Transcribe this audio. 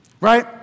right